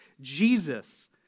Jesus